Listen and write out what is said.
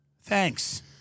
Thanks